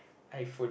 iPhone